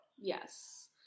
yes